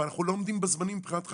אבל אנחנו לא עומדים בזמנים מבחינת חקיקה,